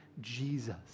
Jesus